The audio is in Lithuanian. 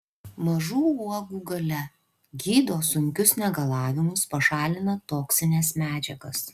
mažų uogų galia gydo sunkius negalavimus pašalina toksines medžiagas